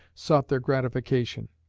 sought their gratification.